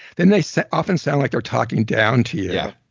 then they so often sound like they're talking down to you yeah